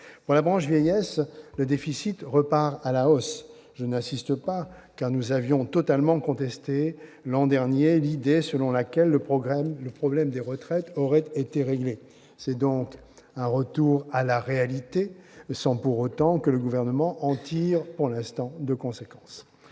de la branche vieillesse, le déficit repart à la hausse. Je n'insiste pas, car nous avions absolument contesté, l'an dernier, l'idée selon laquelle le problème des retraites aurait été réglé. Il s'agit donc d'un retour à la réalité, sans pour autant que le Gouvernement, pour l'instant, en tire de conséquence.